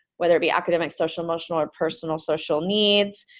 whether it be academic, social, emotional, or personal social needs.